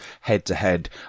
head-to-head